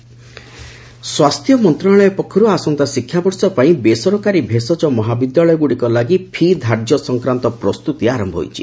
medical ପି ସ୍ୱାସ୍ଥ୍ୟ ମନ୍ତ୍ରଣାଳୟ ପକ୍ଷରୁ ଆସନ୍ତା ଶିକ୍ଷାବର୍ଷ ପାଇଁ ବେସରକାରୀ ଭେଷଜ ମହାବିଦ୍ୟାଳୟଗୁଡ଼ିକ ଲାଗି ଫି' ଧାର୍ଯ୍ୟ ସଂକ୍ରାନ୍ତ ପ୍ରସ୍ତୁତି ଆରମ୍ଭ ହୋଇଛି